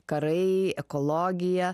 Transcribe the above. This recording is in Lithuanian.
karai ekologija